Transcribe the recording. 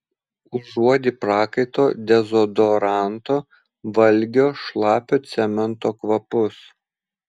užuodi prakaito dezodoranto valgio šlapio cemento kvapus